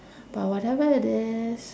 but whatever it is